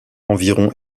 environ